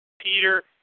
Peter